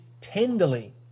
tenderly